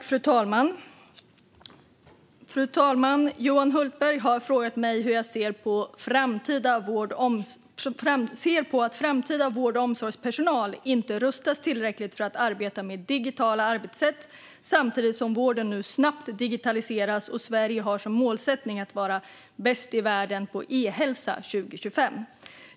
Fru talman! Johan Hultberg har frågat mig hur jag ser på att framtida vård och omsorgspersonal inte rustas tillräckligt för att arbeta med digitala arbetssätt samtidigt som vården nu snabbt digitaliseras och Sverige har som målsättning att vara bäst i världen på e-hälsa 2025.